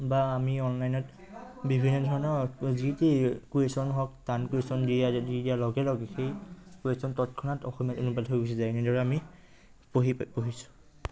বা আমি অনলাইনত বিভিন্ন ধৰণৰ যিটি কুৱেশ্যন হওক টান কুৱেশ্যন দিয়া দি দিয়াৰ লগে লগেই কুৱেশ্যন তৎক্ষণাত অসমীয়াত অনুবাদ হৈ গুচি যায় এনেদৰে আমি পঢ়ি পাই পঢ়িছোঁ